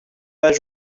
pas